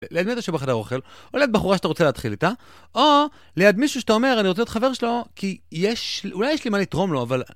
ליד מישהו שבחדר אוכל, או ליד בחורה שאתה רוצה להתחיל איתה, או ליד מישהו שאתה אומר, אני רוצה להיות חבר שלו כי יש, אולי יש לי מה לתרום לו, אבל...